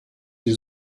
sie